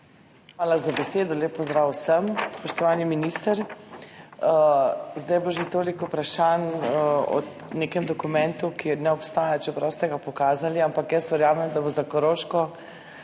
Hvala za besedo. Lep pozdrav vsem. Spoštovani minister. Zdaj je bilo že toliko vprašanj o nekem dokumentu, ki ne obstaja, čeprav ste ga pokazali, ampak jaz verjamem, da bo za Koroško